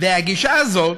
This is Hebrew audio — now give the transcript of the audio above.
הגישה הזאת,